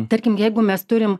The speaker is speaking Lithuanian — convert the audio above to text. tarkim jeigu mes turim